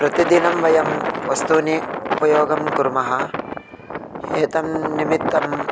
प्रतिदिनं वयं वस्तुनः उपयोगं कुर्मः एतत् निमित्तम्